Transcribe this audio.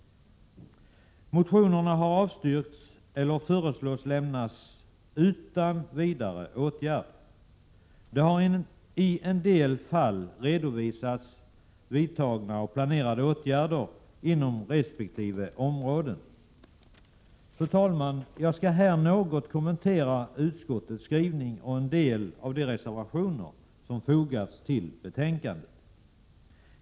Motionerna har avstyrkts eller föreslås bli lämnade utan vidare åtgärd. Det har i en del fall redovisats vidtagna och planerade åtgärder inom resp. område. Fru talman! Jag skall här något kommentera utskottets skrivning och en del av de reservationer som fogats till betänkandet.